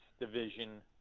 Division